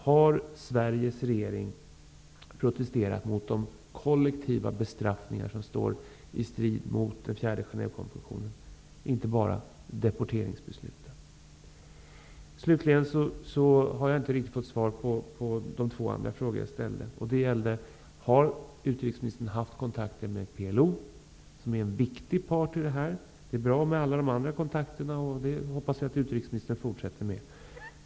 Har Sveriges regering protesterat mot de kollektiva bestraffningar som står i strid med den fjärde Genèvekonventionen, inte bara deporteringsbesluten? Jag har inte riktigt fått svar på de två andra frågor jag ställde. Har utrikesministern haft kontakter med PLO? PLO är en viktig part i det här sammanhanget. Det är bra med alla andra kontakter, och jag hoppas att utrikesministern fortsätter med dem.